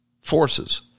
forces